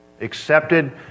accepted